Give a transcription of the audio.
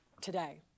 today